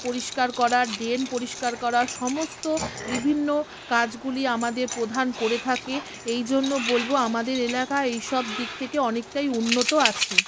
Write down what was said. পরিষ্কার করা ড্রেন পরিষ্কার করা সমস্ত বিভিন্ন কাজগুলি আমাদের প্রধান করে থাকে এই জন্য বলব আমাদের এলাকা এই সব দিক থেকে অনেকটাই উন্নত আছে